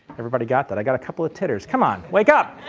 everybody got that, i got a couple of titters, come on wake-up!